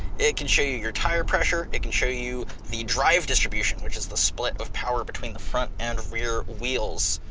it can show you your tire pressure, it can show you the drive distribution which is the split of power between the front and the rear wheels.